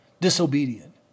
disobedient